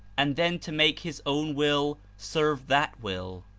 and then to make his own will serve that will.